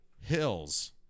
hills